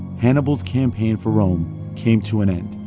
hannibal's campaign for rome came to an end.